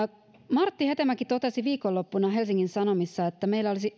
martti hetemäki totesi viikonloppuna helsingin sanomissa että meillä olisi